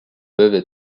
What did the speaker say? peuvent